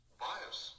bias